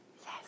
Yes